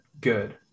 good